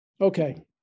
okay